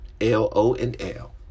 L-O-N-L